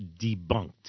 Debunked